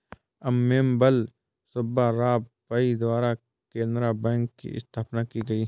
अम्मेम्बल सुब्बा राव पई द्वारा केनरा बैंक की स्थापना की गयी